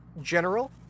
General